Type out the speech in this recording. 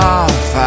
off